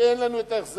כי אין לנו ההחזרים,